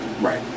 right